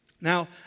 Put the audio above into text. Now